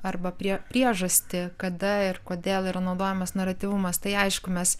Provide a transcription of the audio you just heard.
arba prie priežastį kada ir kodėl yra naudojamas naratyvumas tai aišku mes